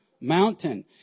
Mountain